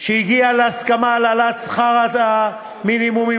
שהגיע להסכמה על העלאת שכר המינימום עם